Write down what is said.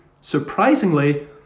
surprisingly